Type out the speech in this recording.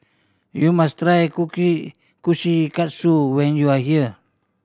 you must try Kushikatsu when you are here